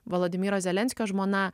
vladimiro zelenskio žmona